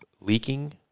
leaking